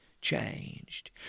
changed